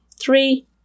Three